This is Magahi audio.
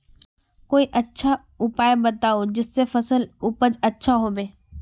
कोई अच्छा उपाय बताऊं जिससे फसल उपज अच्छा होबे